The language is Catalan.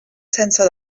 sense